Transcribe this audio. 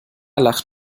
lacht